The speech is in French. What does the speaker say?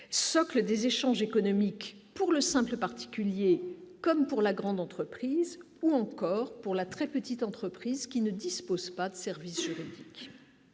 socle des échanges économiques pour le simple particulier, comme pour la grande entreprise ou encore pour la très petite entreprise qui ne disposent pas de service. Mais